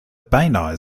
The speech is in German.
beinahe